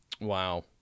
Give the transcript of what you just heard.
Wow